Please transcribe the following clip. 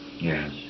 Yes